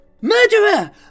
MURDERER